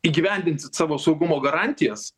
įgyvendinsit savo saugumo garantijas